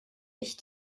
ich